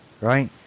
right